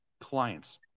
clients